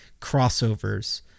crossovers